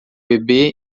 bebê